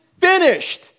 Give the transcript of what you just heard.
finished